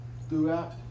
throughout